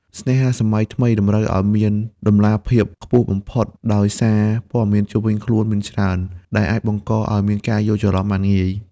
ស្នេហាសម័យថ្មីតម្រូវឱ្យមាន «តម្លាភាព» ខ្ពស់បំផុត ដោយសារព័ត៌មានជុំវិញខ្លួនមានច្រើន ដែលអាចបង្កឱ្យមានការយល់ច្រឡំបានងាយ។